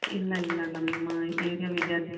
ಇಲ್ಲ ಇಲ್ಲ ನಮ್ಮ ಏರಿಯಾವಿದೆ ಅಲ್ಲಿ